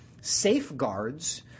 safeguards